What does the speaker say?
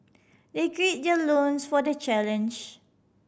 they gird their loins for the challenge